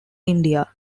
india